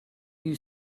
you